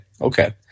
okay